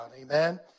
Amen